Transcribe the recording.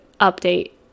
update